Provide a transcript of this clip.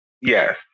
Yes